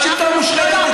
השיטה מושחתת,